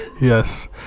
Yes